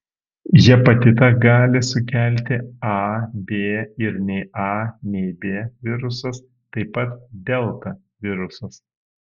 hepatitą gali sukelti a b ir nei a nei b virusas taip pat delta virusas